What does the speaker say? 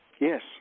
Yes